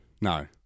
no